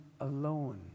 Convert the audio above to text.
alone